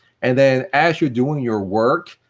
and then as you're doing your work,